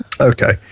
Okay